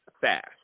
fast